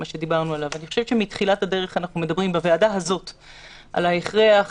אני חושבת שמתחילת הדרך אנחנו מדברים בוועדה הזו על ההכרח